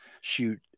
shoot